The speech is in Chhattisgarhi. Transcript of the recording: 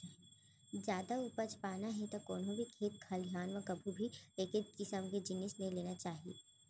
जादा उपज पाना हे त कोनो भी खेत खलिहान म कभू भी एके किसम के जिनिस नइ लेना चाही